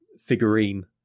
figurine